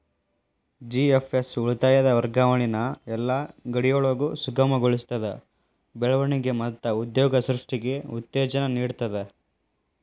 GFS ಉಳಿತಾಯದ್ ವರ್ಗಾವಣಿನ ಯೆಲ್ಲಾ ಗಡಿಯೊಳಗು ಸುಗಮಗೊಳಿಸ್ತದ, ಬೆಳವಣಿಗೆ ಮತ್ತ ಉದ್ಯೋಗ ಸೃಷ್ಟಿಗೆ ಉತ್ತೇಜನ ನೇಡ್ತದ